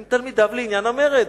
הם תלמידיו לעניין המרד.